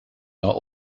are